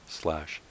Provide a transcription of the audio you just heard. slash